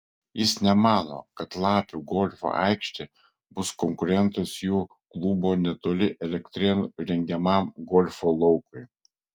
jis nemano kad lapių golfo aikštė bus konkurentas jų klubo netoli elektrėnų rengiamam golfo laukui